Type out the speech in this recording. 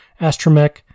Astromech